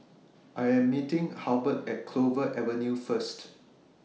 I Am meeting Halbert At Clover Avenue First